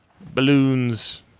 Balloons